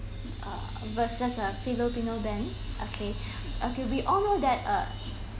err versus a filipino band okay okay we all know that uh